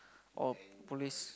or police